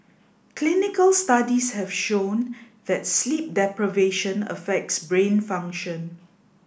clinical studies have shown that sleep deprivation affects brain function